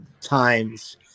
times